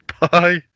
Bye